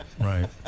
right